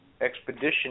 expedition